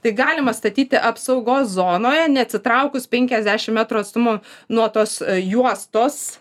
tai galima statyti apsaugos zonoje neatsitraukus penkiasdešim metrų atstumo nuo tos juostos